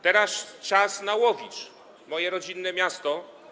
Teraz czas na Łowicz, moje rodzinne miasto.